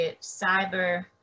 cyber